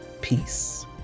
peace